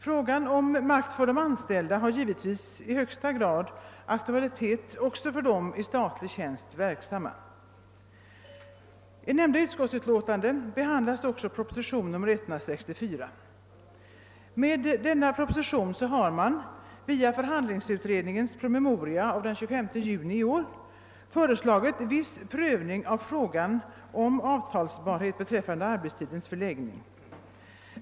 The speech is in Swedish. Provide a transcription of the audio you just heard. Frågan om makt för de anställda har givetvis i högsta grad aktualitet också för de i statlig tjänst verksamma. I nämnda utskottsutlåtande behandlas också proposition nr 164. Med denna proposition har man via förhandlingsutredningens promemoria av den 25 juni i år föreslagit viss prövning av frågan om avtalsbarhet beträffande arbetstidens förläggning.